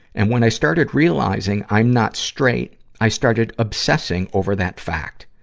and when i started realizing i'm not straight, i started obsessing over that fact.